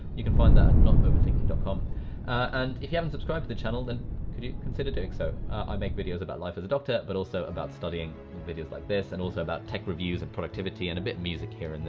you can find that notoverthinking dot com and, if you haven't subscribed to the channel then could you consider doing so. i make videos about life as a doctor but also about studying videos like this and also about tech reviews and productivity and a bit music here and there.